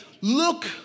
look